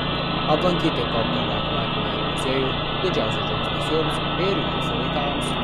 aplankyti kopgalio akvariumą ir muziejų didžiausias džiaugsmas jums ir jūsų vaikams